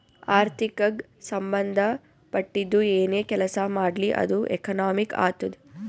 ಆರ್ಥಿಕಗ್ ಸಂಭಂದ ಪಟ್ಟಿದ್ದು ಏನೇ ಕೆಲಸಾ ಮಾಡ್ಲಿ ಅದು ಎಕನಾಮಿಕ್ ಆತ್ತುದ್